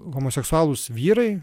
homoseksualūs vyrai